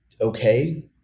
okay